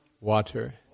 water